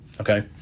okay